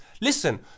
Listen